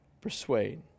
persuade